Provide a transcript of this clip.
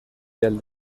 del